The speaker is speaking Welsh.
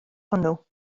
hwnnw